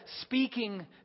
speaking